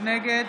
נגד